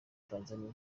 tanzaniya